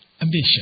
ambition